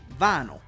vinyl